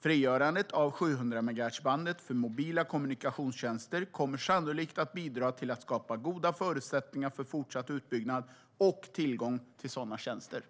Frigörandet av 700-megahertzbandet för mobila kommunikationstjänster kommer sannolikt att bidra till att skapa goda förutsättningar för fortsatt utbyggnad och tillgång till sådana tjänster.